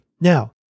Now